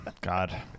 God